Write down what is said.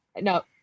No